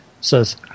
Says